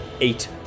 eight